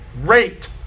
raped